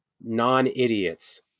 non-idiots